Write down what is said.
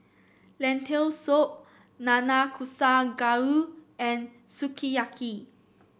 Lentil Soup Nanakusa Gayu and Sukiyaki